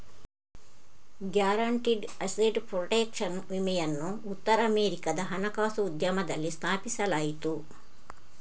guaranteed asset protection ವಿಮೆಯನ್ನು ಉತ್ತರ ಅಮೆರಿಕಾದ ಹಣಕಾಸು ಉದ್ಯಮದಲ್ಲಿ ಸ್ಥಾಪಿಸಲಾಯಿತು